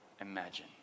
imagine